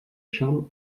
charme